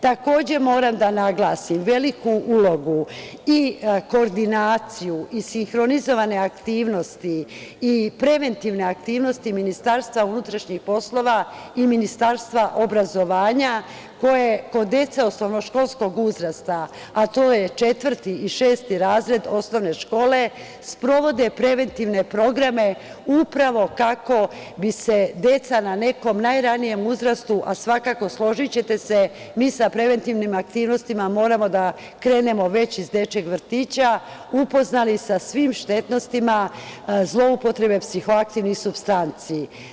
Takođe moram da naglasim veliku ulogu i koordinaciju i sinhronizovane aktivnosti i preventivne aktivnosti MUP i Ministarstva obrazovanja koje kod dece osnovnog školskog uzrasta, a to je četvrti i šesti razred osnovne škole, sprovode preventivne programe upravo kako bi se deca na nekom najranijem uzrastu, a svakako složićete se da mi sa preventivnim aktivnostima moramo da krenemo već iz dečijeg vrtića, upoznali sa svim štetnostima zloupotrebe psihoaktivnih supstanci.